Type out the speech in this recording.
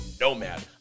Nomad